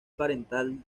parental